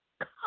Come